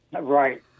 right